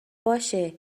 باشه